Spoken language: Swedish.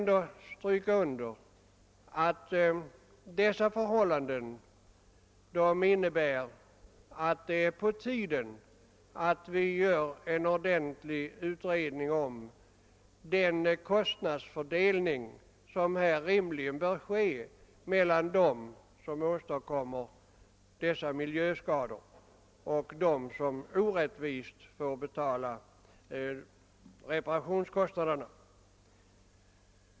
Dessa missförhållanden gör att det är på tiden att en ordentlig utredning igångsätts om den kostnadsfördelning som rimligen bör ske mellan dem som åstadkommer miljöskadorna och dem som orättvist får betala reparationskostnaderna.